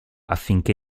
affinché